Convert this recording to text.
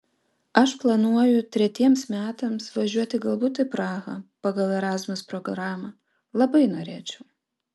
aš planuoju tretiems metams važiuoti galbūt į prahą pagal erasmus programą labai norėčiau